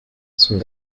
sont